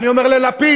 אני אומר ללפיד,